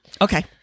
Okay